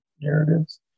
narratives